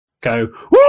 go